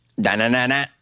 da-na-na-na